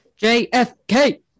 JFK